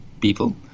people